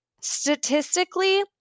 statistically